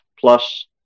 plus